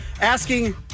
asking